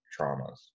traumas